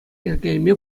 йӗркелеме